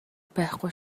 байхгүй